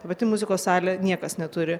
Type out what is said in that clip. vat į muzikos salę niekas neturi